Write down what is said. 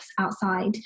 outside